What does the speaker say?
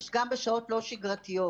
גם בשעות לא שגרתיות.